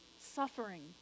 suffering